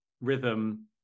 rhythm